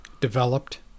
developed